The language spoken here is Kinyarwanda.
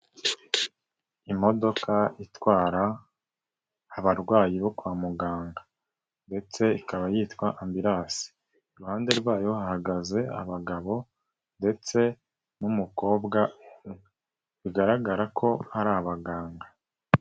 Imodoka itwara abarwayi bo kwa muganga. Ndetse ikaba yitwa ambirasi iruhande rwayo hahagaze abagabo ndetse n'umukobwa bigaragara ko ari abaganga.